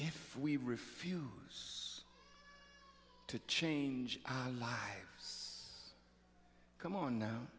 if we refuse to change our lives come on now